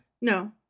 no